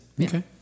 Okay